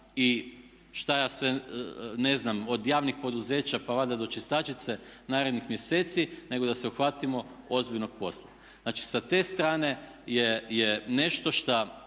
i šta ja sve ne znam od javnih poduzeća pa valjda do čistačice narednih mjeseci nego da se uhvatimo ozbiljnog posla. Znači sa te strane je nešto što